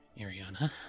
Ariana